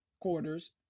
quarters